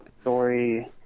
...story